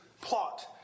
plot